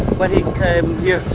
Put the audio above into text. when he came here,